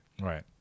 Right